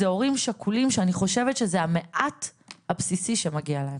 זה הורים שכולים שאני חושבת שזה המעט הבסיסי שמגיע להם.